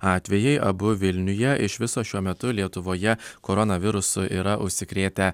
atvejai abu vilniuje iš viso šiuo metu lietuvoje koronavirusu yra užsikrėtę